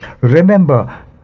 Remember